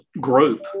group